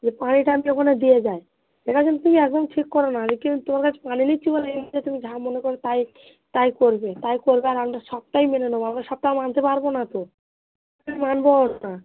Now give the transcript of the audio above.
যে পানিটা আমি ওখানে দিয়ে যায় এটা কিন্তু তুমি একদম ঠিক করো না আমি কিন্তু তোমার কাছে পানি নিচ্ছি বলে এইটা তুমি যা মনে করো তাই তাই করবে তাই করবে আর আমরা সবটাই মেনে নেব আমরা সবটা মানতে পারব না তো মানবোও না